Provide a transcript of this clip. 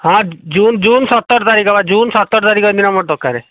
ହଁ June June ସତର ତାରିଖ ବା ଜୁନ ସତର ତାରିଖ ଦିନ ଆମର ଦରକାରେ